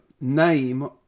name